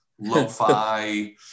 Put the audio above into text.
lo-fi